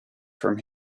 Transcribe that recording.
from